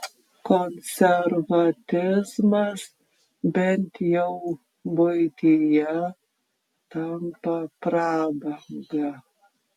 konservatizmas bent jau buityje tampa prabanga